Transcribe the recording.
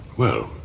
well,